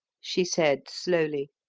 she said slowly.